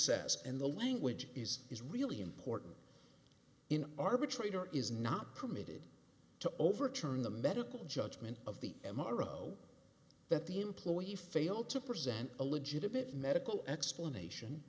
says and the language is is really important in arbitrator is not permitted to overturn the medical judgment of the m r o that the employee failed to present a legitimate medical explanation